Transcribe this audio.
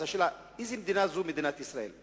אז השאלה היא: איזה מדינה זו מדינת ישראל?